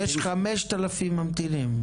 יש 5,000 ממתינים.